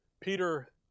Peter